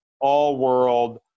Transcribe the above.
all-world